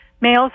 males